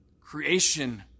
Creation